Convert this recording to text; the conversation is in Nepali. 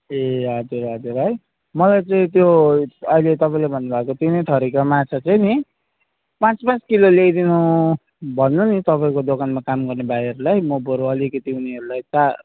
ए हजुर हजुर है मलाई चाहिँ त्यो अहिले तपाईँले भन्नुभएको तिनै थरिको माछा चाहिँ नि पाँच पाँच किलो ल्याइदिनु भन्नु नि तपाईँको दोकानमा काम गर्ने भाइहरूलाई म बरु अलिकति उनीहरूलाई चा